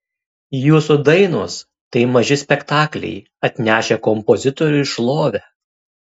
jūsų dainos tai maži spektakliai atnešę kompozitoriui šlovę